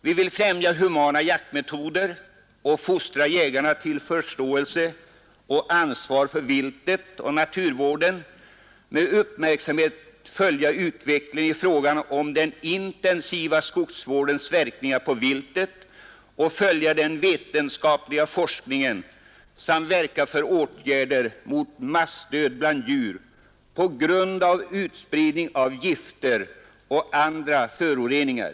Vi vill främja humana jaktmetoder och fostra jägarna till förståelse och ansvar för viltet och naturvården, med uppmärksamhet följa utvecklingen i fråga om den intensiva skogsvårdens verkningar på viltet och följa den vetenskapliga forskningen samt verka för åtgärder mot massdöd bland djur på grund av utspridning av gifter och andra föroreningar.